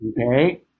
okay